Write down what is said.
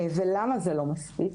ולמה זה לא מספיק?